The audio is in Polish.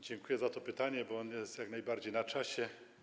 Dziękuję za to pytanie, bo ono jest jak najbardziej na czasie.